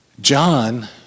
John